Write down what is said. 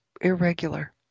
irregular